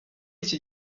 iki